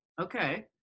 okay